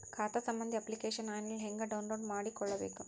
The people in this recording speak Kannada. ಖಾತಾ ಸಂಬಂಧಿ ಅಪ್ಲಿಕೇಶನ್ ಆನ್ಲೈನ್ ಹೆಂಗ್ ಡೌನ್ಲೋಡ್ ಮಾಡಿಕೊಳ್ಳಬೇಕು?